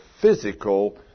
physical